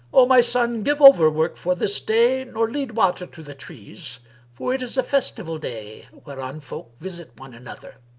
o my son, give over work for this day nor lead water to the trees for it is a festival day, whereon folk visit one another.